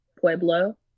Pueblo